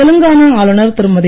தெலங்கானா ஆளுனர் திருமதி